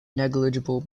negligible